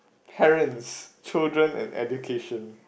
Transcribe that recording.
parents children and education